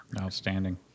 Outstanding